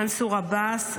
מנסור עבאס,